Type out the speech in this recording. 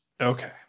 Okay